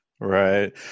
Right